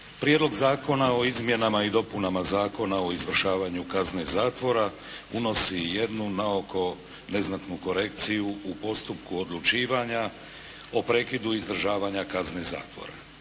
Prijedlog Zakona o izmjenama i dopunama Zakona o izvršavanju kazne zatvora unosi jednu naoko neznatnu korekciju u postupku odlučivanja o prekidu izdržavanja kazne zatvora.